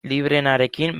libreenarekin